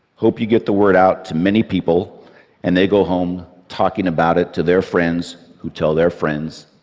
hope you get the word out to many people and they go home talking about it to their friends who tell their friends,